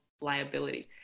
liability